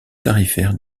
tarifaires